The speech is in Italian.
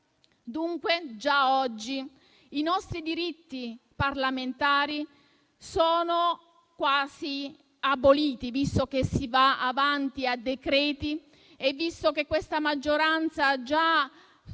Dunque già oggi i nostri diritti di parlamentari sono quasi aboliti, visto che si va avanti a decreti-legge e visto che questa maggioranza sfrutta